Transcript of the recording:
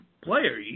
player